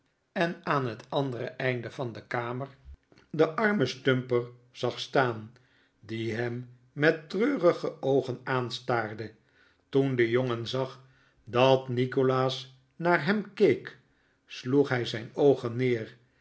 en aan het andere einde van de kamer den armen stumper zag staan die hem met treurige oogen aanstaarde toen de jongen zag dat nikolaas naar hem keek sloeg hij zijn oogen neer